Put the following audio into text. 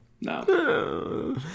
No